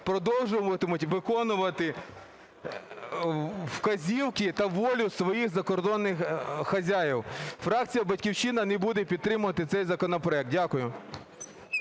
продовжуватимуть виконувати вказівки та волю своїх закордонних хазяїв. Фракція "Батьківщина" не буде підтримувати цей законопроект. Дякую.